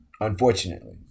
unfortunately